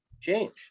change